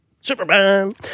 Superman